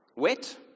Wet